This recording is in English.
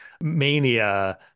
mania